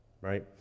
right